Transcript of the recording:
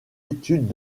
études